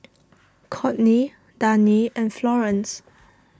Courtney Dani and Florene's